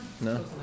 No